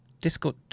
Discord